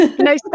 no